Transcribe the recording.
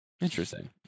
Interesting